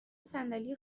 صندلی